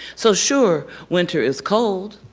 so sure, winter is cold,